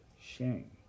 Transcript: shame